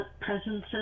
presences